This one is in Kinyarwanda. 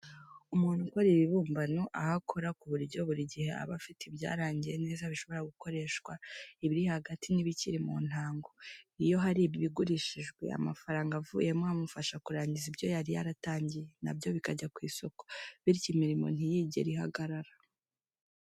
Umuntu ukora ibibumbano ahora akora, ku buryo buri gihe aba afite ibyarangiye neza bishobora gukoreshwa, ibiri hagati n'ibikiri mu ntango. Iyo hari ibigurishijwe, amafaranga avuyemo amufasha kurangiza ibyo yari yaratangiye, nabyo bikajya ku isoko; bityo imirimo ntiyigere ihagarara.